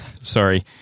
Sorry